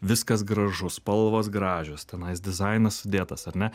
viskas gražu spalvos gražios tenais dizainas sudėtas ar ne